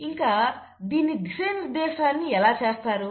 ఇంకా దీని దిశా నిర్దేశాన్ని ఎలా చేస్తారు